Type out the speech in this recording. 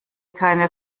keine